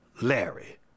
Larry